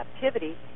captivity